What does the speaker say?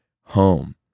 home